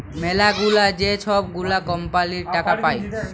ম্যালাগুলা যে ছব গুলা কম্পালির টাকা পায়